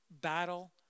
battle